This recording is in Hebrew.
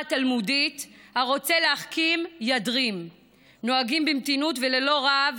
התלמודית "הרוצה להחכים ידרים"; נוהגים במתינות וללא רהב,